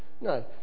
No